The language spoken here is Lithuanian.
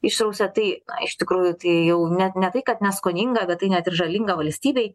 išrausė tai iš tikrųjų tai jau net ne tai kad neskoninga bet tai net ir žalinga valstybei